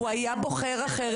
הוא היה בוחר אחר,